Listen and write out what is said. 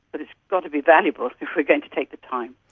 but it's got to be valuable if we are going to take the time.